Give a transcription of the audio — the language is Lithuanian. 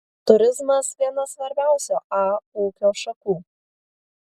turizmas viena svarbiausių a ūkio šakų